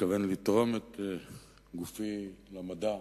מתכוון לתרום את גופי למדע,